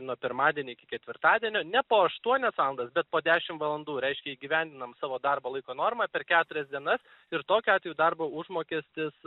nuo pirmadienio iki ketvirtadienio ne po aštuonias valandas bet po dešim valandų reiškia įgyvendinam savo darbo laiko normą per keturias dienas ir tokiu atveju darbo užmokestis